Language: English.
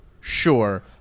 Sure